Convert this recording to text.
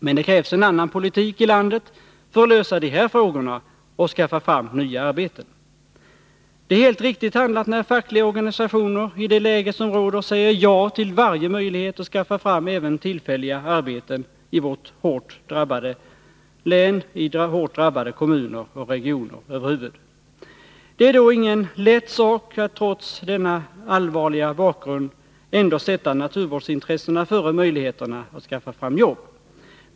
Men det krävs en annan politik i landet för att lösa de här frågorna och skaffa fram nya arbeten. Det är helt riktigt handlat när fackliga organisationer i det läge som råder säger ja till varje möjlighet att skaffa fram även tillfälliga arbeten, i vårt hårt drabbade län och i hårt drabbade kommuner och regioner över huvud taget. Det är ingen lätt sak att trots denna allvarliga bakgrund ändå sätta naturvårdsintressena före möjligheterna att skaffa fram jobb.